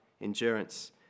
endurance